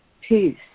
peace